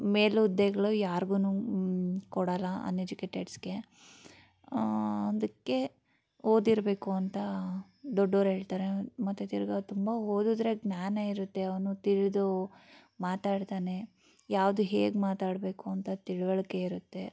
ಮೇಲು ಹುದ್ದೆಗಳು ಯಾರ್ಗೂ ಕೊಡೋಲ್ಲ ಅನ್ಎಜುಕೇಟೆಡ್ಸ್ಗೆ ಅದಕ್ಕೆ ಓದಿರಬೇಕು ಅಂತ ದೊಡ್ಡೋರು ಹೇಳ್ತಾರೆ ಮತ್ತು ತಿರ್ಗಿ ತುಂಬ ಓದಿದ್ರೆ ಜ್ಞಾನ ಇರುತ್ತೆ ಅವನು ತಿಳಿದು ಮಾತಾಡ್ತಾನೆ ಯಾವುದು ಹೇಗೆ ಮಾತಾಡಬೇಕು ಅಂತ ತಿಳಿವಳಿಕೆ ಇರುತ್ತೆ